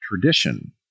tradition